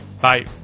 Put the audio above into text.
Bye